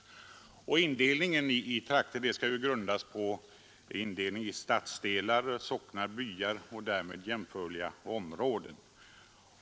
Indelningen i trakter skall grundas på en indelning i stadsdelar, socknar, byar eller därmed jämförliga områden.